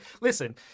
listen